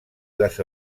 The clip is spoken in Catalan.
les